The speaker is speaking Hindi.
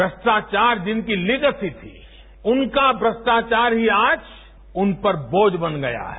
भ्रष्टाचार जिनकी लिगेसी थी उनका भ्रष्टाचार ही आज उनपर बोझ बन गया है